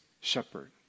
shepherd